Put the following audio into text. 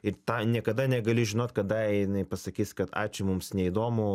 ir tą niekada negali žinot kada jinai pasakys kad ačiū mums neįdomu